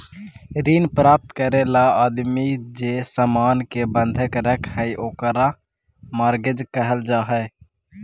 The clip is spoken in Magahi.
ऋण प्राप्त करे ला आदमी जे सामान के बंधक रखऽ हई ओकरा मॉर्गेज कहल जा हई